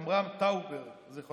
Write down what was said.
שאמר בריאיון שמבחינתו היו בונים את